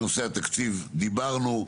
בנושא התקציב דיברנו.